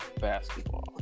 basketball